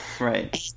Right